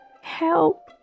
Help